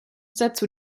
dazu